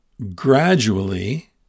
gradually